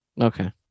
Okay